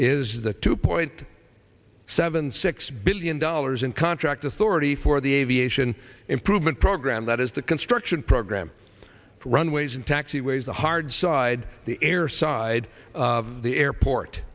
legislation is the two point seven six billion dollars in contract authority for the aviation improvement program that is the construction program runways and taxiways the hard side the air side of the airport